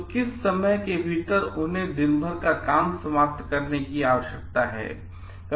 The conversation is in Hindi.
तो किस समय के भीतर उन्हें दिनभर का काम समाप्त करने की आवश्यकता है